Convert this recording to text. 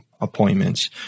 appointments